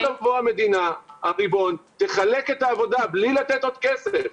המדינה תבוא ותחלק את העבודה בלי לתת עוד כסף.